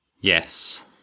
yes